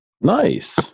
nice